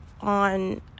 on